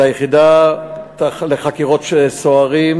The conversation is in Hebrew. היחידה לחקירות סוהרים,